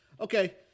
Okay